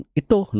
ito